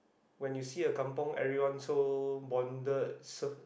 when you see a kampung everyone so bonded so